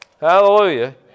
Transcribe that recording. Hallelujah